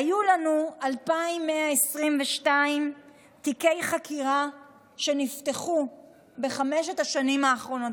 היו לנו 2,122 תיקי חקירה שנפתחו בחמש השנים האחרונות.